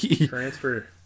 Transfer